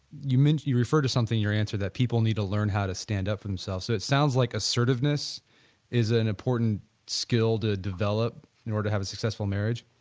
you mean, you refer to something you answer that people need to learn how to stand up themselves. so it sounds like assertiveness is ah an important skill to develop in order to have a successful marriage?